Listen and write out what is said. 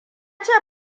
ce